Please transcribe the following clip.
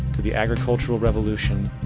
to the agricultural revolution,